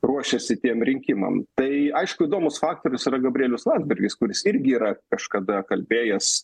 ruošiasi tiem rinkimam tai aišku įdomus faktorius yra gabrielius landsbergis kuris irgi yra kažkada kalbėjęs